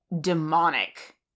demonic